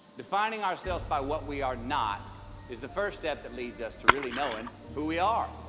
defining ourselves by what we are not is the first step that leads us to really knowing who we are